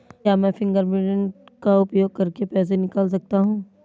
क्या मैं फ़िंगरप्रिंट का उपयोग करके पैसे निकाल सकता हूँ?